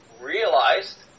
realized